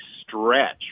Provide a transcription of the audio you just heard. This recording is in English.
stretch